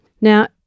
Now